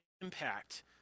impact